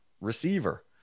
receiver